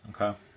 Okay